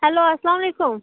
hello السلام علیکُم